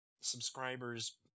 subscribers